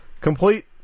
Complete